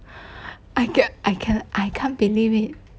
I can I can I can't believe it